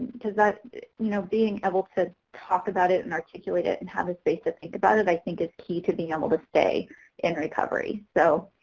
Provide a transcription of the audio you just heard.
because ah you know being able to talk about it and articulate and have a space to think about it i think is key to be able to stay in recovery. so